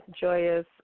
joyous